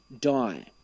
die